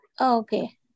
Okay